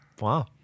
Wow